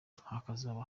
hakazaba